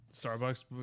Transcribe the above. Starbucks